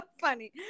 funny